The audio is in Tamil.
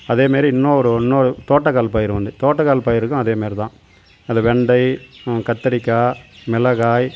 அதேமாரி இன்னோரு இன்னோரு தோட்டக்கால் பயிர் உண்டு தோட்டக்கால் பயிருக்கும் அதேமாதிரி தான் அது வெண்டை கத்திரிக்காய் மிளகாய்